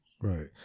Right